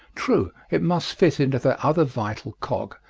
true, it must fit into that other vital cog,